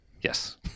Yes